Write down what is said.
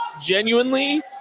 genuinely